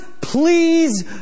please